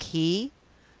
a key?